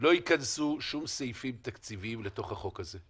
לא ייכנסו שום סעיפים לתוך החוק הזה.